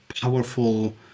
powerful